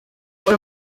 uyu